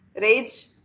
rage